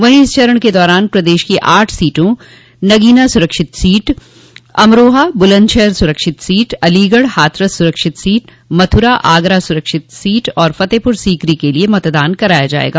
वहीं इस चरण के दौरान प्रदेश की आठ सीटों नगीना सुरक्षित सीट अमरोहा बुलन्दशहर सुरक्षित सीट अलीगढ़ हाथरस सुरक्षित सीट मथुरा आगरा सुरक्षित सीट और फतेहपुर सीकरी के लिये मतदान कराया जायेगा